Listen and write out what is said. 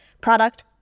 product